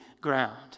ground